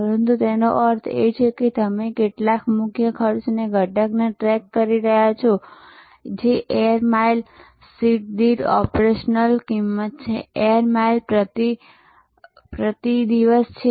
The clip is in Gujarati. પરંતુ શું તેનો અર્થ એ છે કે તમે કેટલાક મુખ્ય ખર્ચ ઘટકને ટ્રેક કરી રહ્યાં છો જે એર માઇલ સીટ દીઠ ઓપરેશનલ કિંમત છે એર માઇલ પ્રતિ દિવસ છે